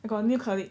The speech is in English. I got a new colleague